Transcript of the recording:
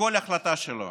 וכל החלטה שלו.